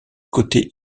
côté